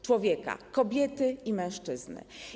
Człowieka - kobiety i mężczyzny.